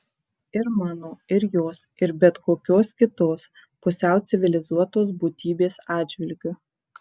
ir mano ir jos ir bet kokios kitos pusiau civilizuotos būtybės atžvilgiu